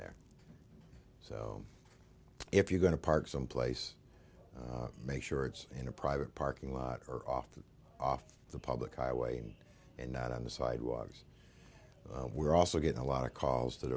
there so if you're going to park someplace make sure it's in a private parking lot or off the off the public highway and not on the sidewalks were also get a lot of calls t